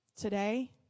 Today